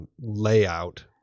layout